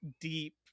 deep